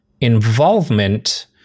involvement